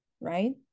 Right